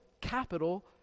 capital